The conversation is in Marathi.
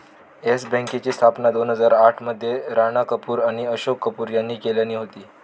येस बँकेची स्थापना दोन हजार आठ मध्ये राणा कपूर आणि अशोक कपूर यांनी केल्यानी होती